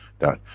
that,